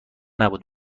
نبود